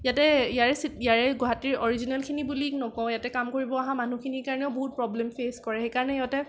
ইয়াতে ইয়াৰে ইয়াৰে গুৱাহাটীৰ অৰিজিনেলখিনি বুলি নকওঁ ইয়াতে কাম কৰিব অহা মানুহখিনিৰ কাৰণেও বহুত প্ৰবলেম ফেচ কৰে সেইকাৰণে সিহঁতে